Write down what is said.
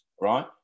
right